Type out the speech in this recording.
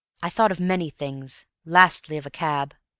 i thought of many things lastly of a cab.